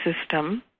system